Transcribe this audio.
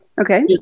Okay